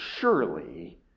surely